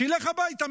שילך הביתה,